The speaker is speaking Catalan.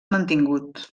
mantingut